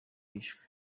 yishwe